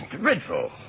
dreadful